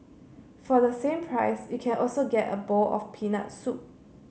for the same price you can also get a bowl of peanut soup